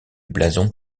blason